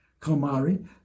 kamari